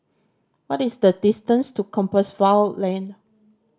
what is the distance to Compassvale Lane